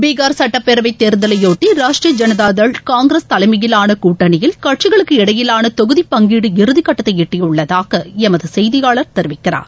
பீகார் சுட்டப்பேரவை தேர்தலையொட்டி ராஷ்ட்ரீய ஐனதா தள் கூட்டணியில் கட்சிகளுக்கு இடையிலான தொகுதி பங்கீடு இறதிகட்டத்தை எட்டியுள்ளதாக எமது செய்தியாளா் தெரிவிக்கிறார்